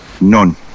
none